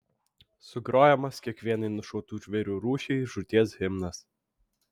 sugrojamas kiekvienai nušautų žvėrių rūšiai žūties himnas